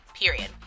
period